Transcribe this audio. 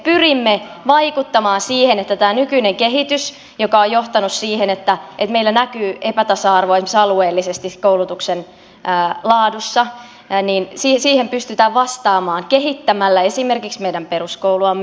pyrimme vaikuttamaan siihen että kun tämä nykyinen kehitys on johtanut siihen että meillä näkyy epätasa arvoa esimerkiksi alueellisesti koulutuksen laadussa niin siihen pystytään vastaamaan kehittämällä esimerkiksi meidän peruskouluamme